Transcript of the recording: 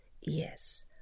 Yes